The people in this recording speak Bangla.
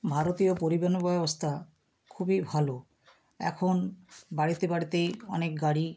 ভারতীয় পরিবহন ব্যবস্থা খুবই ভালো এখন বাড়িতে বাড়িতেই অনেক গাড়ি